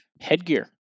headgear